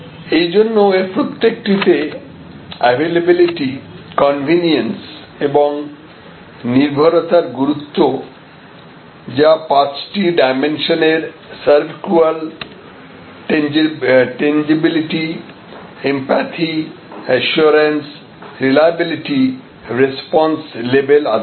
এইজন্য এর প্রত্যেকটিতে অ্যাভেলেবলিটি কনভেনিয়েন্স এবং নির্ভরতার গুরুত্ব যা পাঁচটি ডাইমেনশনের SERVQUAL tangibility empathy assurance reliability response level আধারিত